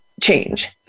change